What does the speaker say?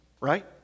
right